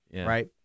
right